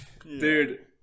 dude